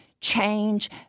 change